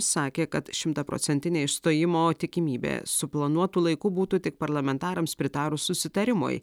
sakė kad šimtaprocentinė išstojimo tikimybė suplanuotu laiku būtų tik parlamentarams pritarus susitarimui